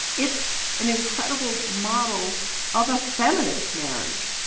it's an incredible model of a feminist marriage.